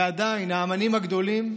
ועדיין, האומנים הגדולים,